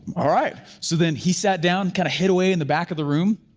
alright. so then he sat down, kind of hid away in the back of the room.